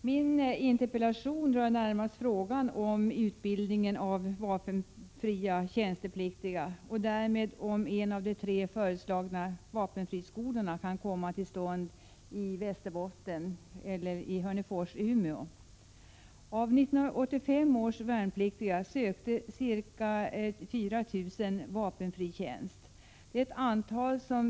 Min interpellation rör närmast frågan om utbildningen av vapenfria tjänstepliktiga och därmed huruvida en av de tre föreslagna vapenfriskolorna kan komma till stånd i Västerbotten, och då i Hörnefors i Umeå kommun. Av 1985 års värnpliktiga sökte ca 4 000 vapenfri tjänst. Antalet förväntas Prot.